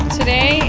today